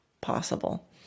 possible